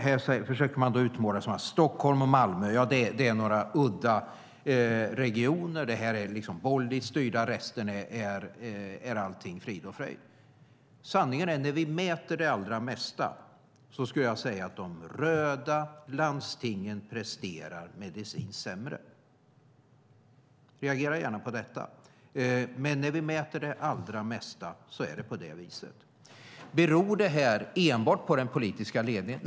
Här försöker man utmåla det som att Stockholm och Malmö är några udda regioner som är borgerligt styrda, och i resten av landet är allting frid och fröjd. Jag skulle säga att i de allra flesta mätningar presterar de röda landstingen sämre medicinskt sett. Reagera gärna på detta, men när vi mäter är det oftast på det sättet. Beror det enbart på den politiska ledningen?